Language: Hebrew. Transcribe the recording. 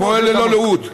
הפועל ללא לאות,